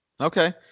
Okay